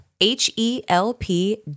H-E-L-P